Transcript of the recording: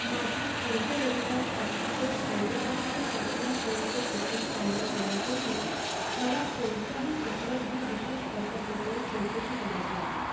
माझ्या पुढच्या रविवारसाठीचे हैदराबाद ते पटणा ट्रेनचे तिकीट फायनल करण्यापूर्वी मला कोणत्याही उपलब्ध विशेष ऑफरबद्दल चौकशी करायची आहे